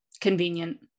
Convenient